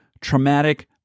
traumatic